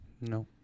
No